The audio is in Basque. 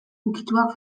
ukituak